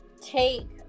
take